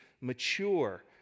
mature